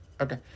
Okay